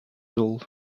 old